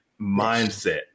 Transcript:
mindset